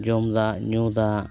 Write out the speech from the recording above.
ᱡᱚᱢ ᱫᱟᱜ ᱧᱩ ᱫᱟᱜ